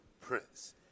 Prince